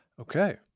Okay